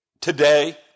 today